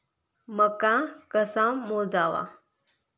मका कसा मोजावा?